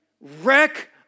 wreck